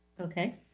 Okay